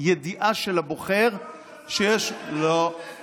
ידיעה של הבוחר --- שבאופן פרסונלי --- לא,